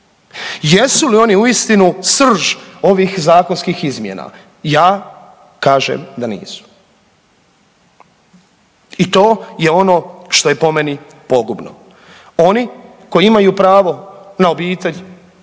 Jesu li oni uistinu srž ovih zakonskih izmjena? Ja kažem da nisu i to je ono što je po meni pogubno. Oni koji imaju pravo na obitelj,